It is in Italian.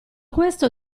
questo